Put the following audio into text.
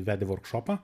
vedė vorkšopą